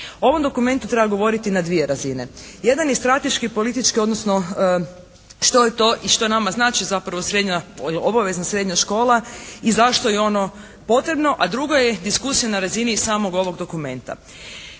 O ovom dokumentu treba govoriti na dvije razine. Jedan je strateški, politički odnosno što je to i što nama znači zapravo srednja, obavezna srednja škola i zašto je ono potrebno? A drugo je diskusija na razini samog ovog dokumenta.